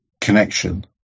connection